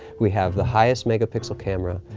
we have the highest megapixel camera,